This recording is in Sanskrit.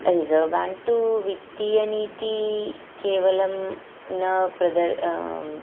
रिसर्व् बेङ्क् तु वित्तीयनिति केवलं न प्रदर्